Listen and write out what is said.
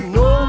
no